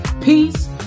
Peace